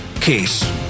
case